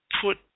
put